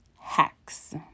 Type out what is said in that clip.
hacks